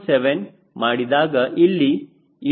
7 ಮಾಡಿದಾಗ ಇಲ್ಲಿ ಇದು 0